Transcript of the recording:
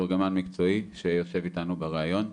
מתורגמן מקצועי שיושב איתנו בריאיון.